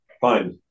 Fine